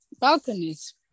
balconies